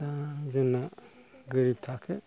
दा जोंना गोरिब थाखो